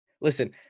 listen